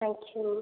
thank you